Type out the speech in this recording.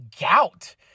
gout